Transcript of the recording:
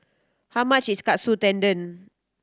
how much is Katsu Tendon